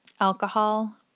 alcohol